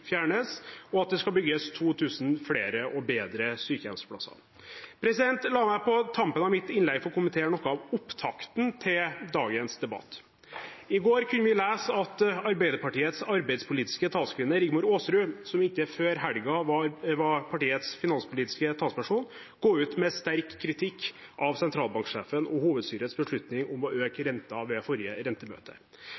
fjernes, og at det skal bygges 2 000 flere og bedre sykehjemsplasser. La meg på tampen av mitt innlegg få kommentere noe av opptakten til dagens debatt. I går kunne vi lese at Arbeiderpartiets arbeidspolitiske talskvinne, Rigmor Aasrud, som inntil før helgen var partiets finanspolitiske talsperson, gikk ut med sterk kritikk av sentralbanksjefens og hovedstyrets beslutning om å øke